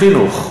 חינוך.